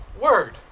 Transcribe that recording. word